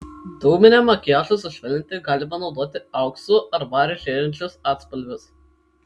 dūminiam makiažui sušvelninti galima naudoti auksu ar variu žėrinčius atspalvius